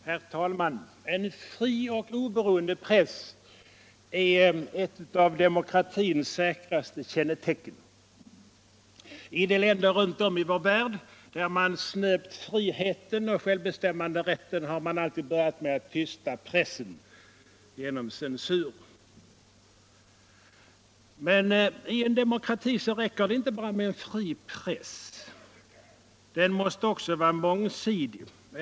Herr talman! En fri och oberoende press är ett av demokratins säkraste kännetecken. I de länder runt om i vår värld där man snöpt friheten och självbestämmanderätten har man alltid börjat med att tysta pressen genom censur. Men i en demokrati räcker det inte med en fri press Den måste också vara mångsidig.